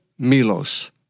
Milos